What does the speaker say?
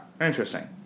Interesting